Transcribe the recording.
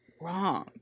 wrong